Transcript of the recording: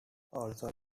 also